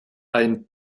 ein